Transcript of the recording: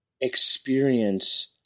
experience